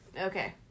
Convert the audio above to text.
Okay